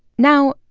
now,